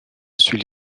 suit